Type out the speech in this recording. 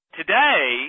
today